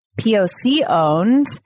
POC-owned